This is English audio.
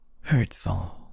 hurtful